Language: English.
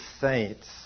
saints